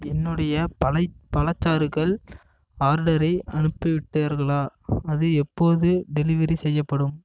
என்னுடைய பழ பழச்சாறுகள் ஆர்டரை அனுப்பிவிட்டார்களா அது எப்போது டெலிவரி செய்யப்படும்